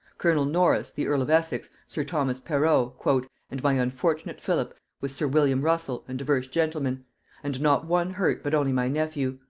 colonel norris, the earl of essex, sir thomas perrot and my unfortunate philip, with sir william russell, and divers gentlemen and not one hurt but only my nephew.